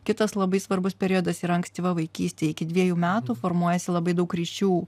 kitas labai svarbus periodas yra ankstyva vaikystė iki dviejų metų formuojasi labai daug ryšių